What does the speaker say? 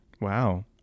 Wow